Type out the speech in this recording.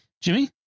Jimmy